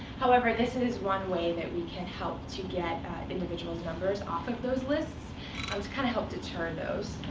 however, this is one way that we can help to get individuals' numbers off of those lists, and to kind of help deter those.